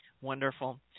Wonderful